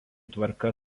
tvarka